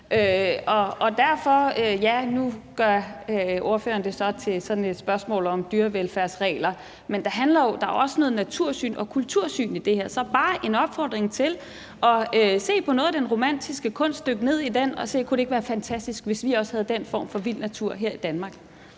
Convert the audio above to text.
og nu gør ordføreren det så til sådan et spørgsmål om dyrevelfærdsregler. Men der er jo også et natursyn og et kultursyn i det her. Så det er bare en opfordring til at se på noget af den romantiske kunst, dykke ned i den og se, om det ikke kunne være fantastisk, hvis vi også havde den form for vild natur her i Danmark.